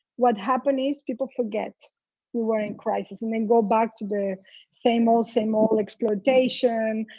what happens is people forget we were in crisis and then go back to the same old, same old. exploitation,